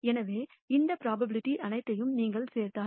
எனவே இந்த ப்ரோபபிலிட்டிகள் அனைத்தையும் நீங்கள் சேர்த்தால்